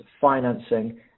financing